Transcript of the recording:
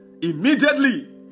immediately